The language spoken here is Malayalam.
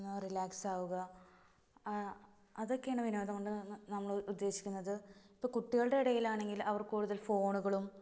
ഒന്ന് റിലാക്സാവുക അതൊക്കെയാണ് വിനോദംകൊണ്ട് നമ്മളുദ്ദേശിക്കുന്നത് ഇപ്പോള് കുട്ടികളുടെ ഇടയിലാണെങ്കിൽ അവർ കൂടുതൽ ഫോണുകളും